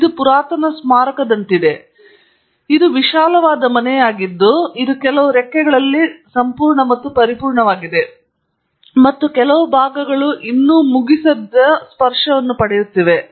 ಇದು ಪುರಾತನ ಸ್ಮಾರಕದಂತಿದೆ ಇದು ವಿಶಾಲವಾದ ಮನೆಯಾಗಿದ್ದು ಇದು ಕೆಲವು ರೆಕ್ಕೆಗಳಲ್ಲಿ ಸಂಪೂರ್ಣ ಮತ್ತು ಪರಿಪೂರ್ಣವಾಗಿದೆ ಮತ್ತು ಕೆಲವು ಭಾಗಗಳು ಇನ್ನೂ ಮುಗಿಸಿದ ಸ್ಪರ್ಶವನ್ನು ಪಡೆಯುತ್ತಿವೆ